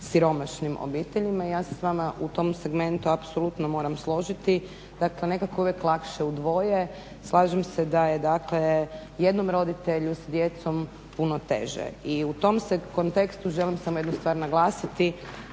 siromašnim obiteljima. Ja se s vama u tom segmentu u svakom slučaju apsolutno moram složiti, dakle nekako je uvijek lakše u dvoje. Slažem se da je dakle jednom roditelju s djecom puno teže i u tom kontekstu želim samo jednu stvar naglasiti